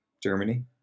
Germany